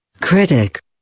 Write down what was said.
Critic